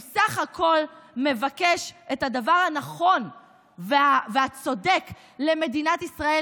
הוא בסך הכול מבקש את הדבר הנכון והצודק למדינת ישראל,